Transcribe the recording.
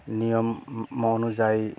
নিয়ম মম অনুযায়ী